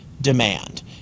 demand